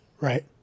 right